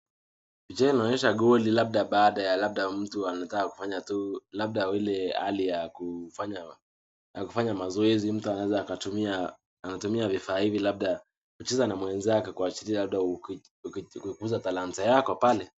Picha hii linaonyesha ngoli labda baada ya labda ya mtu anataka kufanya tu labda ile hali ya kufanya yakufanya mazoezi mtu anaeweza akatumia anatumia vifaa hizi labda kucheza na mwenzake labda kuachilia labda uki ukikukuza talanta yako pale.